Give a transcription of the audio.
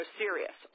serious